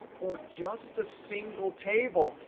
or just a single table,